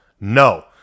No